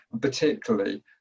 particularly